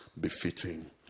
befitting